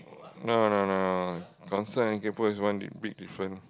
no no no concern and kaypoh is one di~ big different